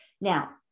Now